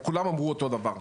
הם כולם אמרו אותו דבר,